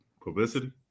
Publicity